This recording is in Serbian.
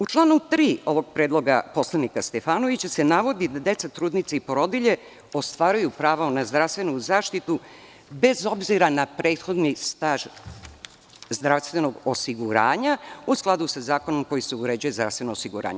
U članu 3. predloga poslanika Stefanovića se navodi da deca, trudnice i porodilje ostvaruju pravo nad zdravstvenom zaštitu, bez obzira na prethodni staž zdravstvenog osiguranja, u skladu sa zakonom koji se uređuje zdravstveno osiguranje.